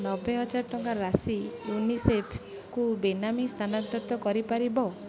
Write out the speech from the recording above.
ନବେହଜାର ଟଙ୍କାର ରାଶି ୟୁନିସେଫ୍କୁ ବେନାମୀ ସ୍ଥାନାନ୍ତରିତ କରିପାରିବ